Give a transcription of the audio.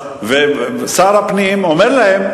ושר הפנים אומר להם: